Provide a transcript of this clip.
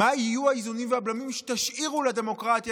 מה יהיו האיזונים והבלמים שתשאירו לדמוקרטיה